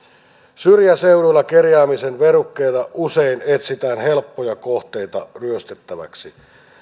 syrjäseuduilla kerjäämisen verukkeella usein etsitään helppoja kohteita ryöstettäväksi